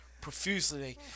profusely